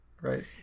right